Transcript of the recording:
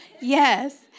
Yes